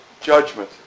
judgment